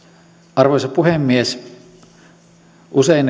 arvoisa puhemies usein